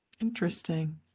Interesting